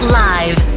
live